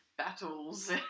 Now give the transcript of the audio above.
Battles